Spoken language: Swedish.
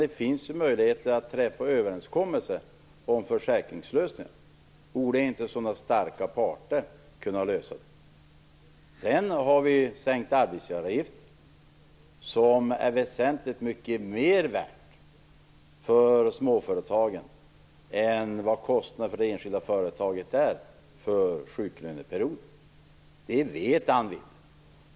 Det finns möjligheter att träffa överenskommelser om försäkringslösningar. Borde inte sådana starka parter kunna lösa detta? De sänkta arbetsgivaravgifterna är väsentligt mycket mer värda än kostnaderna för sjuklöneperioden för det enskilda småföretaget, och det vet Anne Wibble.